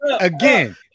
again